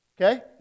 Okay